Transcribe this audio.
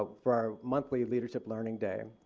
ah for our monthly leadership learning day.